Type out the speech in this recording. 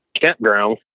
campground